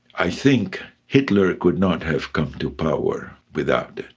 i think hitler could not have come to power without it.